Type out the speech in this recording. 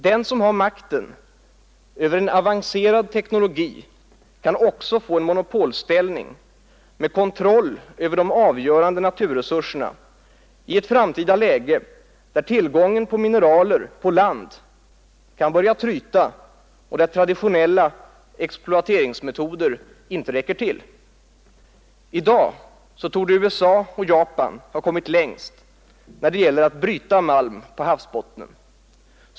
Den som har makten över en avancerad teknologi kan också få en monopolställning, med kontroll över de avgörande naturresurserna i ett framtida läge där tillgången på mineraler på land börjar tryta och där traditionella exploateringsmetoder inte räcker till. I dag torde USA och Japan ha kommit längst när det gäller att bryta malm på havsbottnen.